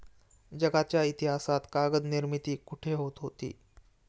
जगाच्या इतिहासात कागद निर्मिती कुठे होत होती?